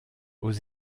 aux